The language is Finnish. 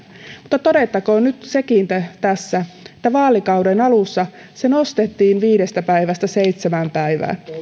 mutta todettakoon nyt sekin tässä että vaalikauden alussa se nostettiin viidestä päivästä seitsemään päivään